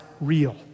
real